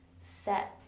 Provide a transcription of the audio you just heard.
set